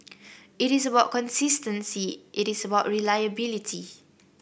it is about consistency it is about reliability